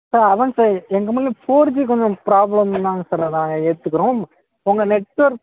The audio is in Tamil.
சார் அதாங்க சார் எ எங்கள் கம்பெனியில் ஃபோர் ஜி கொஞ்சம் ப்ராப்ளம்தாங்க சார் அதை நாங்கள் ஏற்றுக்கறோம் உங்கள் நெட்வொர்க்